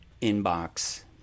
inbox